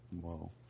Whoa